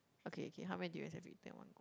okay okay how many durians have you eat at one